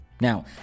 Now